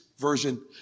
version